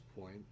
point